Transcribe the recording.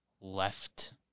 left